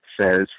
says